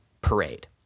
parade